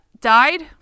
died